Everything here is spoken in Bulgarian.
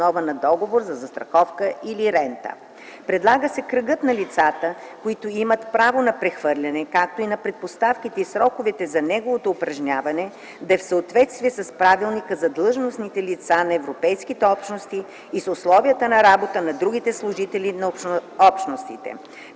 на договор за застраховка или рента. Предлага се кръгът на лицата, които имат право на прехвърляне, както и на предпоставките и сроковете за неговото упражняване да е в съответствие с Правилника за длъжностните лица на Европейските общности с условията на другите служители на Общностите.